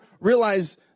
realize